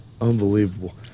Unbelievable